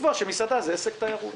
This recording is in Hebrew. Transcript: לקבוע שמסעדה היא עסק תיירות.